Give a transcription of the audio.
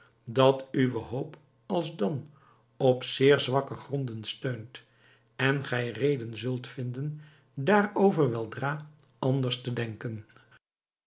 dat uwe hoop alsdan op zeer zwakke gronden steunt en gij reden zult vinden daarover weldra anders te denken